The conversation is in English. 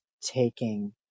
taking